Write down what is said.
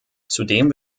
zudem